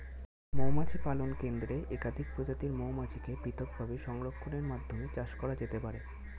মৌমাছি পালন কেন্দ্রে একাধিক প্রজাতির মৌমাছিকে পৃথকভাবে সংরক্ষণের মাধ্যমে চাষ করা যেতে পারে